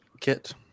kit